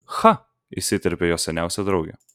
cha įsiterpė jos seniausia draugė